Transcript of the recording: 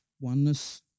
oneness